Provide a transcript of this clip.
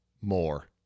more